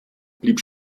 blieb